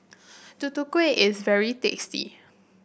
Tutu Kueh is very tasty